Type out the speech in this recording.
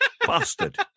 Bastard